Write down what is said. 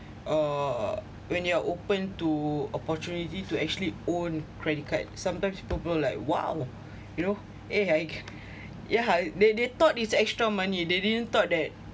uh when you're open to opportunity to actually own credit card sometimes people like !wow! you know yeah they they thought it's extra money they didn't thought that